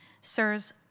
Sirs